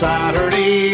Saturday